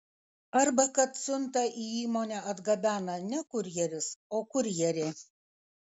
arba kad siuntą į įmonę atgabena ne kurjeris o kurjerė